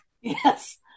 Yes